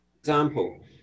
example